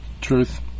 Truth